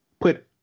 Put